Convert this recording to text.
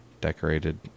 decorated